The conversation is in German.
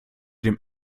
dem